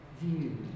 view